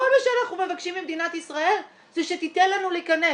כל מה שאנחנו מבקשים ממדינת ישראל זה שתיתן לנו להיכנס.